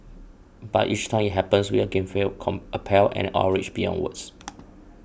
but each time it happens we again feel appalled and outraged beyond words